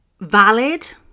valid